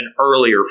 earlier